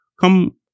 come